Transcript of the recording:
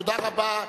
תודה רבה.